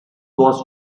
was